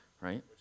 right